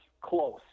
close